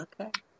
Okay